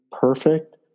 perfect